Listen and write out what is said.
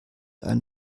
ein